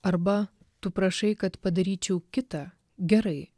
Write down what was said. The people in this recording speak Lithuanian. arba tu prašai kad padaryčiau kitą gerai